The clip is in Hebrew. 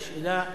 השאלה היא,